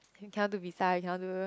we cannot visa we cannot do